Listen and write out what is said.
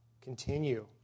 continue